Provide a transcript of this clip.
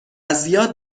زیاد